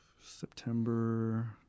September